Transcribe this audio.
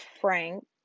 Frank